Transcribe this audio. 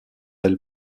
elles